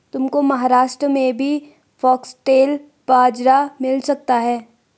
तुमको महाराष्ट्र में भी फॉक्सटेल बाजरा मिल सकता है